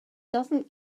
doesn’t